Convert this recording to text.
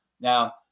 Now